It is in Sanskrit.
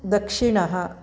दक्षिणः